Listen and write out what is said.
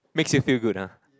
makes you feel good ah